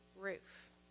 roof